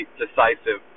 decisive